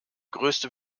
größte